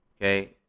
okay